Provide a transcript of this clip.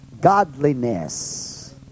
godliness